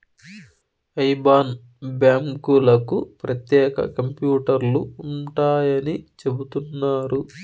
IBAN బ్యాంకులకు ప్రత్యేక కంప్యూటర్లు ఉంటాయని చెబుతున్నారు